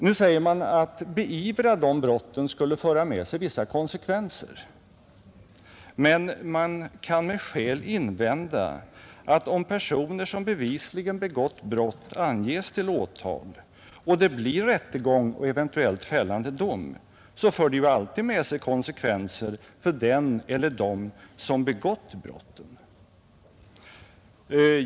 Nu sägs det att ett beivrande av de brotten skulle få vissa konsekvenser. Man kan dock med skäl invända att om personer som bevisligen begått brott anges till åtal, och det blir rättegång och eventuellt fällande dom, så för det alltid med sig konsekvenser för den eller dem som begått brotten.